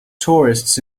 tourists